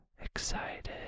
excited